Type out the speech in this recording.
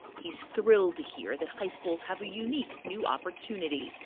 he's thrilled to hear that high schools have a unique new opportunity.